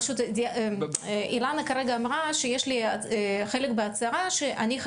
פשוט אילנה כרגע אמרה שיש חלק בטופס שבו